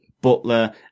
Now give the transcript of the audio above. Butler